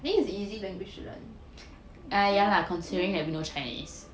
I think it's easy language to learn